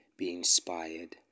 BeInspired